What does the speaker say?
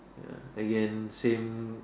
ya again same